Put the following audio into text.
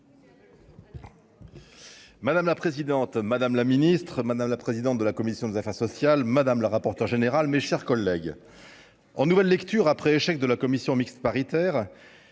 Madame la présidente, madame la ministre, madame la présidente de la commission des affaires sociales, madame, le rapporteur général, mes chers collègues en nouvelle lecture après échec de la commission mixte paritaire,